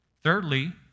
Thirdly